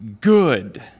good